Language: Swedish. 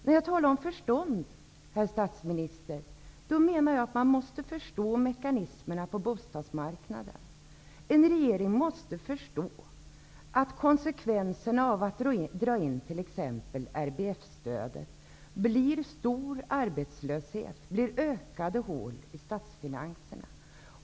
När jag talar om förstånd, herr statsminister, menar jag att man måste förstå mekanismerna på bostadsmarknaden. En regering måste förstå att konsekvenserna av att man drar in exempelvis RBF-stödet blir stor arbetslöshet och ökade hål i statsfinanserna.